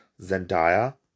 Zendaya